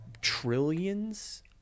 trillions